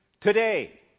today